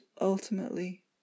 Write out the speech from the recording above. ultimately